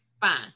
fine